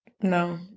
No